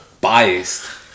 biased